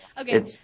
Okay